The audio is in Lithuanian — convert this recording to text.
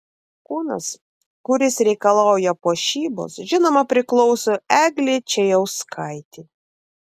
kūnas kuris reikalauja puošybos žinoma priklauso eglei čėjauskaitei